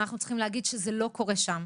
אנחנו צריכים להגיד שזה לא קורה שם.